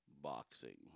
boxing